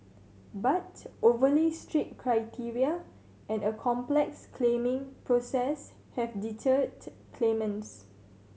but overly strict criteria and a complex claiming process have deterred claimants